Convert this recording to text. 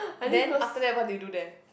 then after that what did you do there